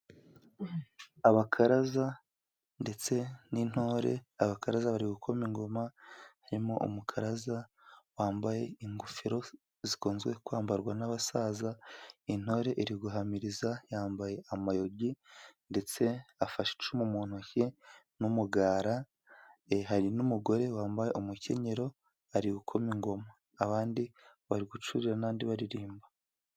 Abakaraza ndetse n'intore, abakaraza bari gukoma ingoma, harimo umukaraza wambaye ingofero zikunze kwambarwa n'abasaza. Intore iri guhamiriza yambaye amayogi, ndetse afashe icumu mu ntoki n'umugara. Hari n'umugore wambaye umukenyero ari gukoma ingoma, abandi bari gucurira n'abandi baririmba.